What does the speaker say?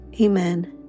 Amen